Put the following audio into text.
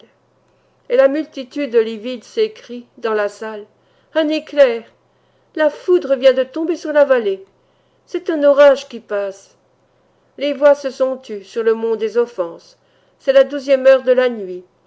et la multitude livide s'écrie dans la salle un éclair la foudre vient de tomber sur la vallée c'est un orage qui passe les voix se sont tues sur le mont des offenses c'est la douzième heure de la nuit